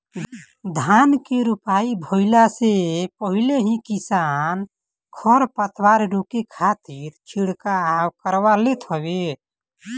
धान के रोपाई भइला से पहिले ही किसान खरपतवार रोके खातिर छिड़काव करवा लेत हवे